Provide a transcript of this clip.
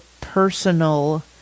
personal